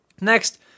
Next